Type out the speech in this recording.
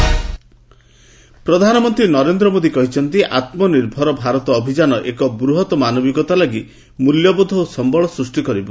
PM ଆତ୍ମନିର୍ଭର ଭାରତ ପ୍ରଧାନମନ୍ତ୍ରୀ ନରେନ୍ଦ୍ର ମୋଦୀ କହିଛନ୍ତି ଆତ୍ମନିର୍ଭର ଭାରତ ଅଭିଯାନ ଏକ ବୃହତ ମାନବିକତା ଲାଗି ମୂଲ୍ୟବୋଧ ଓ ସମ୍ବଳ ସୃଷ୍ଟି କରିବ